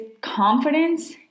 confidence